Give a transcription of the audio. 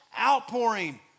outpouring